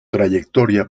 trayectoria